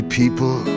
people